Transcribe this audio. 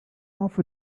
off